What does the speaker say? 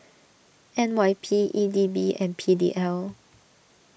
N Y P E D B and P D L